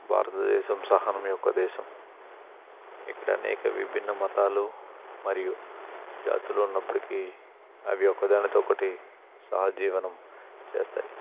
భారతదేశం సహనం యొక్క దేశం ఇక్కడ అనేక విభిన్న మతాలు మరియు జాతులు ఉన్నప్పటికీ అవి ఒకదానికొకటి సహజీవనం చేస్తాయి